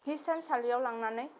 हिसानसालियाव लांनानै